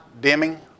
dimming